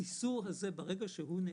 האיסור הזה ברגע שהוא נאכף,